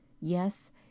Yes